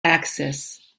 access